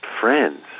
friends